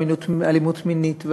ואלימות מינית,